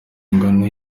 ingano